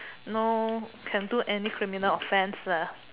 know can do any criminal offence lah